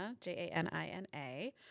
J-A-N-I-N-A